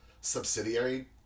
subsidiary